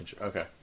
Okay